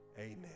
amen